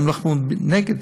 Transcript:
הם נלחמו נגד.